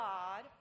God